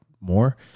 more